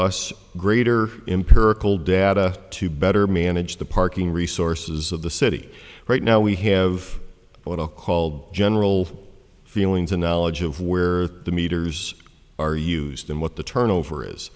us greater empirical data to better manage the parking resources at the city right now we have what are called general feelings and knowledge of where the meters are used in what the turnover is